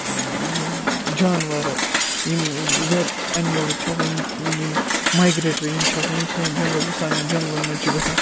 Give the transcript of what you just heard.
یِم جاناوَار یِم وٮ۪ٹ انِمٕلٕز چھِ آسان یِم یِم مایگریٹری یِم چھِ آسان یِم سٲنۍ جنٛگَل چھِ سانٮ۪ن جنٛگلَن مَنٛز چھِ گَژھان